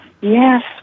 Yes